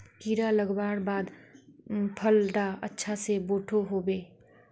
कीड़ा लगवार बाद फल डा अच्छा से बोठो होबे?